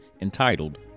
entitled